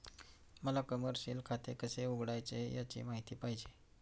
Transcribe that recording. मला कमर्शिअल खाते कसे उघडायचे याची माहिती पाहिजे